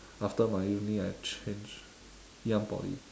after my uni I change ngee ann poly